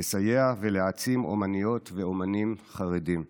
לסיוע לאומניות ואומנים חרדים ולהעצמתם.